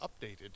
updated